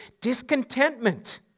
discontentment